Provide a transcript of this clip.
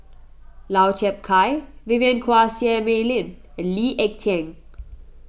Lau Chiap Khai Vivien Quahe Seah Mei Lin and Lee Ek Tieng